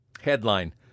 Headline